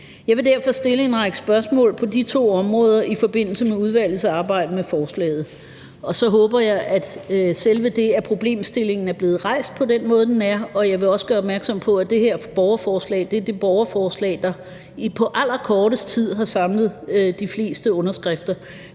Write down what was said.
Jeg vil derfor stille en række spørgsmål på de to områder i forbindelse med udvalgets arbejde med forslaget. Og så vil jeg sige, at selve det, at problemstillingen er blevet rejst på den måde, den er – og jeg vil også gøre opmærksom på, at det her borgerforslag er det borgerforslag, der på allerkorteste tid har samlet flest underskrifter